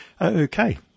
Okay